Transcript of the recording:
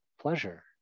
pleasure